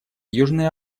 южной